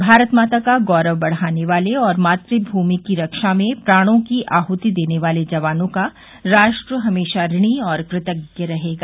भारत माता के गौरव बढ़ाने वाले और मात भूमि की रक्षा में प्राणों की आहृति देने वाले जवानों का राष्ट्र हमेशा ऋणी और कृतज्ञ रहेगा